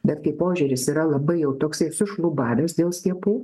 bet kai požiūris yra labai jau toksai sušlubavęs dėl skiepų